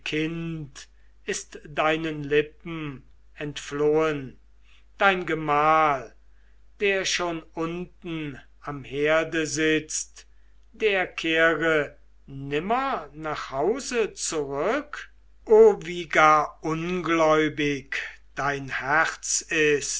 ist deinen lippen entflohen dein gemahl der schon unten am herde sitzt der kehret nimmer nach hause zurück o wie gar ungläubig dein herz ist